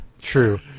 True